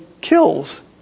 kills